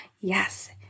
yes